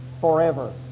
forever